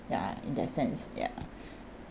ya in that sense ya